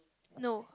no